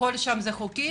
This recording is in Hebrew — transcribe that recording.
הכול שם חוקי?